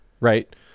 Right